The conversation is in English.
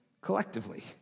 collectively